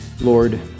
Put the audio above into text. Lord